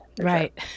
Right